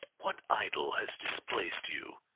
what idol has displaced you?